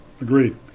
Agreed